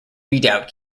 redoubt